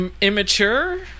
immature